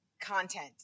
content